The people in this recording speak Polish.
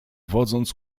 wodząc